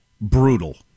brutal